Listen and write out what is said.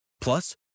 plus